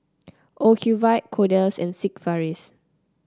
Ocuvite Kordel's and Sigvaris